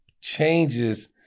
changes